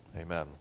Amen